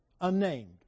unnamed